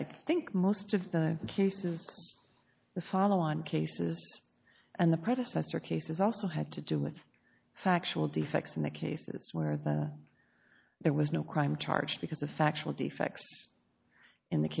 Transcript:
i think most of the cases the follow on cases and the predecessor cases also had to do with factual defects in the cases where that there was no crime charged because of factual defects in the